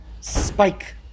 spike